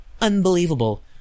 Unbelievable